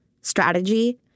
strategy